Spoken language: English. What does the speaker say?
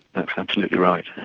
that's absolutely right.